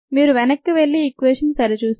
మీరు వెనక్కి వెళ్లి ఈక్వేషన్ సరిచూసుకోవచ్చు